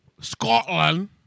Scotland